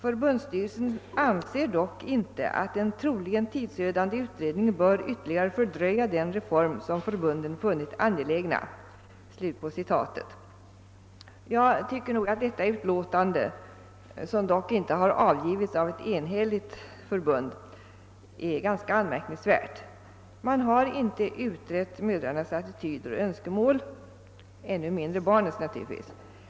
Förbundsstyrelsen anser dock inte att en troligen tidsödande utredning bör ytterligare fördröja den reform som förbunden funnit angelägna.» Jag tycker att detta yttrande — som dock inte avgivits av en enhällig förbundsstyrelse — är ganska anmärkningsvärt. Man har inte utrett mödrarnas — och naturligtvis ännu mindre barnens — attityder och önskemål.